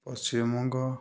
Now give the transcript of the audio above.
Paschimbanga